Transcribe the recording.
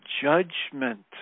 judgment